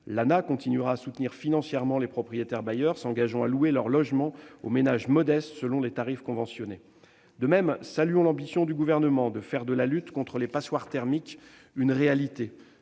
L'ANAH continuera à soutenir financièrement les propriétaires bailleurs s'engageant à louer leurs logements aux ménages modestes selon les tarifs conventionnés. De même, il convient de saluer l'ambition du Gouvernement de faire de la lutte contre les passoires thermiques une réalité,